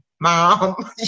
mom